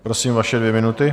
Prosím, vaše dvě minuty.